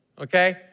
okay